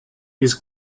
his